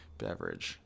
beverage